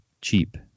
cheap